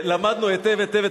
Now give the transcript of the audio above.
למדנו היטב היטב את